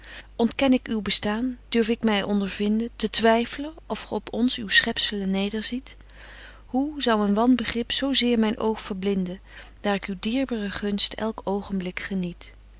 ontken ik uw bestaan durf ik my onderwinden te twyfflen of ge op ons uw schepslen nederziet hoe zou een wanbegrip zo zeer myn oog verblinden daar ik uw dierbre gunst elk oogenblik geniet